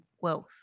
wealth